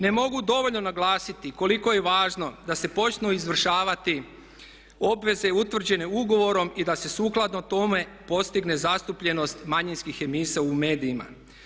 Ne mogu dovoljno naglasiti koliko je važno da se počnu izvršavati obveze utvrđene ugovorom i da se sukladno tome postigne zastupljenost manjinskih emisija u medijima.